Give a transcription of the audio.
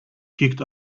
kicked